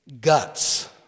guts